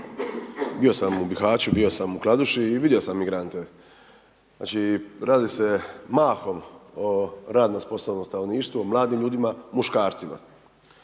bio sam u Bihaću, bio sam u Kladuši i vidio sam imigrante, znači radi se mahom o radno sposobnom stanovništvu, o mladim ljudima, muškarcima.